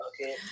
okay